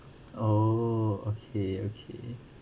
oh okay okay